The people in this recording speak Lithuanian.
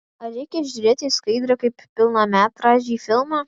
ar reikia žiūrėti skaidrę kaip pilnametražį filmą